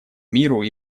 миру